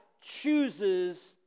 chooses